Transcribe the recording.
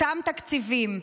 אותם תקציבים,